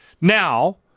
Now